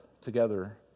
together